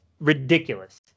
ridiculous